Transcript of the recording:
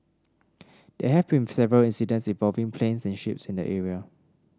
there have been several incidents involving planes and ships in area